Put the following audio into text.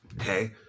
Okay